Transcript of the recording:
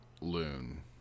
loon